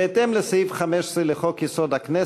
בהתאם לסעיף 15 לחוק-יסוד: הכנסת,